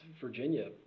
Virginia